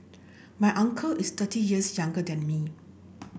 my uncle is thirty years younger than me